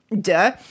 Duh